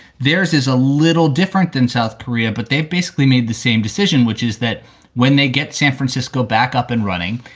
there's is a little different than south korea, but they've basically made the same decision, which is that when they get san francisco back up and running,